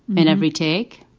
mean, every take.